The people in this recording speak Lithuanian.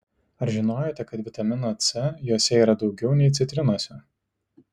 ar žinojote kad vitamino c jose yra daugiau nei citrinose